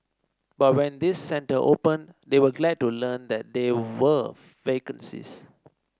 but when this centre opened they were glad to learn that there were vacancies